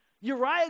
Uriah